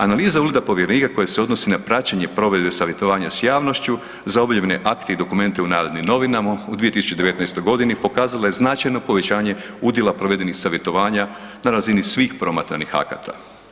Analiza ureda povjerenika koja se odnosi na praćenje provedbe savjetovanja s javnošću za objavljene akte i dokumente u Narodnim novinama u 2019.g. pokazala je značajno povećanje udjela provedenih savjetovanja na razini svih promatranih akata.